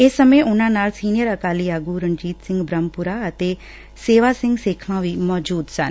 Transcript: ਇਸ ਸਮੇ ਉਨ੍ਹਾ ਨਾਲ ਸੀਨੀਅਰ ਅਕਾਲੀ ਆਗੁ ਰਣਜੀਤ ਸਿੰਘ ਬ੍ਰਹਮਪੁਰਾ ਅਤੇ ਸੇਵਾ ਸਿੰਘ ਸੇਖਵਾਂ ਵੀ ਮੌਜੁਦ ਸਨ